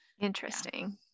interesting